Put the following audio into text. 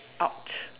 !ouch!